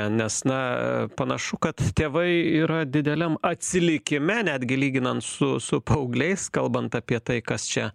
nes na panašu kad tėvai yra dideliam atsilikime netgi lyginant su su paaugliais kalbant apie tai kas čia